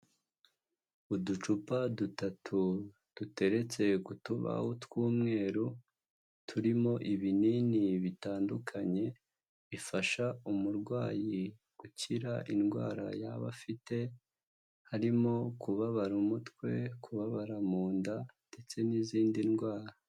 Uducupa dutatu duteretse ku tubaho tw'umweru, turimo ibinini bitandukanye, bifasha umurwayi gukira indwara yaba afite, harimo kubabara umutwe, kubabara mu nda, ndetse n'izindi ndwara.